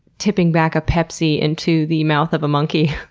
tipping back a pepsi into the mouth of a monkey.